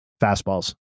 fastballs